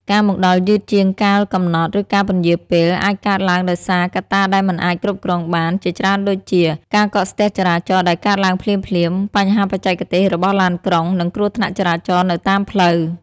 ការមកដល់យឺតជាងកាលកំណត់ ឬការពន្យារពេល អាចកើតឡើងដោយសារ កត្តាដែលមិនអាចគ្រប់គ្រងបាន ជាច្រើនដូចជា ការកកស្ទះចរាចរណ៍ដែលកើតឡើងភ្លាមៗ បញ្ហាបច្ចេកទេសរបស់ឡានក្រុង និងគ្រោះថ្នាក់ចរាចរណ៍នៅតាមផ្លូវ។